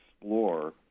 explore